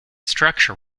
structure